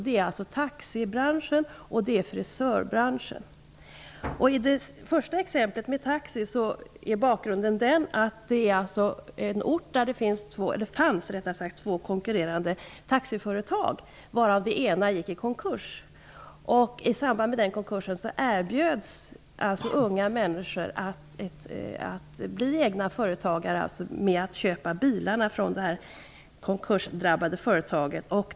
Det är taxibranschen och det är frisörbranschen. Det första exemplet gäller taxi. På en ort fanns det två konkurrerande taxiföretag, varav det ena gick i konkurs. I samband med den konkursen erbjöds unga människor att bli egna företagare genom att köpa bilarna från det konkursdrabbade företaget.